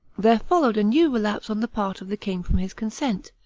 there followed a new relapse on the part of the king from his consent,